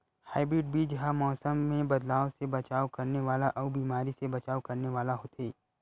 hybrid बीज हा मौसम मे बदलाव से बचाव करने वाला अउ बीमारी से बचाव करने वाला होथे